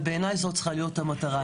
בעיניי זו צריכה להיות המטרה.